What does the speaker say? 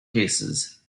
cases